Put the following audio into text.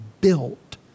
built